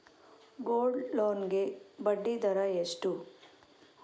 Gold loan ಗೆ ಬಡ್ಡಿ ದರ ಎಷ್ಟು?